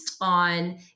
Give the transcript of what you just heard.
on